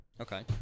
Okay